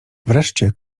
wreszcie